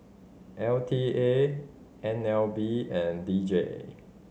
L T A N L B and D J